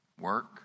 Work